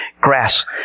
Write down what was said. grass